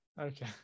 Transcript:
Okay